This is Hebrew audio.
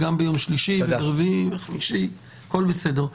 הכל בסדר.